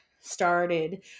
started